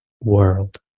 world